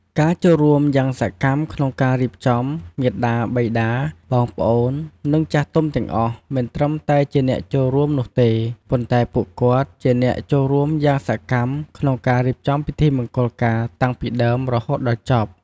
ការចូលរួមយ៉ាងសកម្មក្នុងការរៀបចំ មាតាបិតា បងប្អូន និងចាស់ទុំទាំងអស់ មិនត្រឹមតែជាអ្នកចូលរួមនោះទេ ប៉ុន្តែពួកគាត់ជាអ្នកចូលរួមយ៉ាងសកម្មក្នុងការរៀបចំពិធីមង្គលការតាំងពីដើមរហូតដល់ចប់។